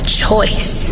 choice